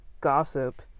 gossip